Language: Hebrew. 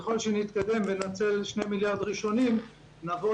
ככל שנתקדם וננצל שני מיליארד ראשונים נבוא